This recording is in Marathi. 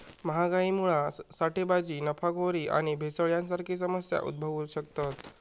महागाईमुळा साठेबाजी, नफाखोरी आणि भेसळ यांसारखे समस्या उद्भवु शकतत